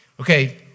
okay